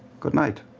good night.